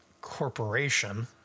Corporation